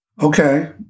Okay